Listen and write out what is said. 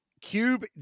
Cube